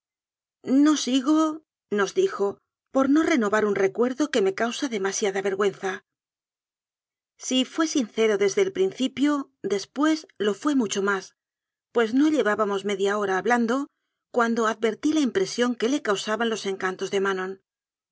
mil excusas no sigonos dijopor no renovar un recuerdo que me causa demasiada vergüenza si fué sincero desde el principio después lo fué mucho más pues no lle vábamos media hora hablando cuando advertí la impresión que le causaban los encantos de manon